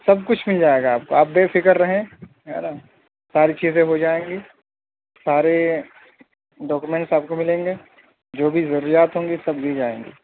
سب کچھ مل جائے گا آپ کو آپ بے فکر رہیں ہے نا ساری چیزیں ہو جائیں گی سارے ڈاکیومنٹس آپ کو ملیں گے جو بھی ضروریات ہوں گی سب دی جائیں گی